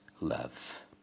love